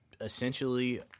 essentially